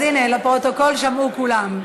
אז הנה, לפרוטוקול שמעו כולם.